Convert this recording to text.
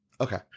Okay